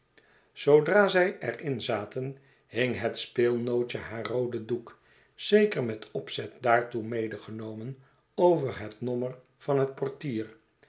zoodra zij er in zaten king het speelnootje haar rooden doek zeker met opzet daartoe medegenomen over het nommer van het portier